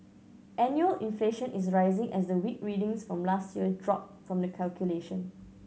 annual inflation is rising as the weak readings from last year drop from the calculation